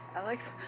Alex